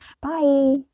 Bye